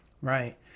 Right